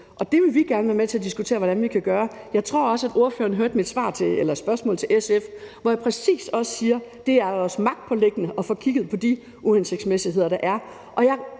og der vil vi gerne være med til at diskutere, hvad vi kan gøre. Jeg tror også, at ordføreren hørte mit spørgsmål til SF, hvor jeg præcis også sagde, at det er os magtpåliggende at få kigget på de uhensigtsmæssigheder, der er.